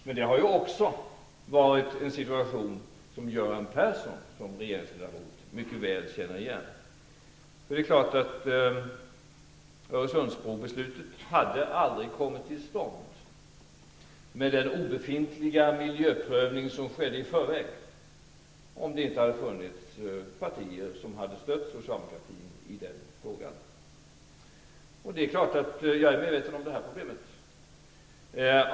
Men det är också en situation som Göran Persson mycket väl känner igen från regeringstiden. Öresundsbrobeslutet hade aldrig kommit till stånd med den obefintliga miljöprövning som skedde i förväg om det inte hade funnits partier som stödde socialdemokratin i den frågan. Jag är väl medveten om problemet.